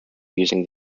using